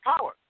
power